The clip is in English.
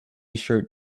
tshirt